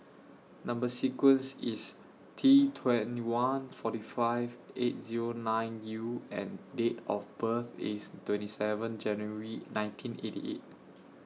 Number sequence IS T twenty one forty five eight Zero nine U and Date of birth IS twenty seven January nineteen eighty eight